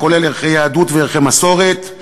הכולל ערכי יהדות וערכי מסורת,